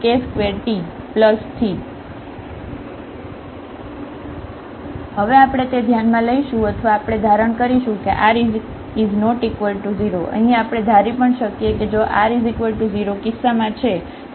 તેથી હવે આપણે તે ધ્યાનમાં લઈશું અથવા આપણે ધારણ કરીશું કે r ≠ 0 અહીં આપણે ધારી પણ શકીએ કે જો આ r 0 કિસ્સામાં છે તો આપણે તે t ≠ 0 ધારી શકીએ છીએ